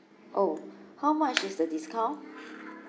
oh how much is the discount